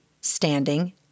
standing